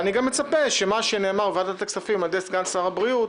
אני גם מצפה שמה שנאמר בוועדת הכספים על-ידי סגן שר הבריאות